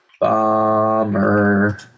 bomber